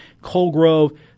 Colgrove